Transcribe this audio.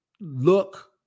look